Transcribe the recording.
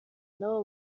n’abo